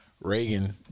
Reagan